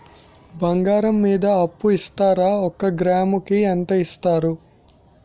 బంగారం మీద అప్పు ఇస్తారా? ఒక గ్రాము కి ఎంత ఇస్తారు?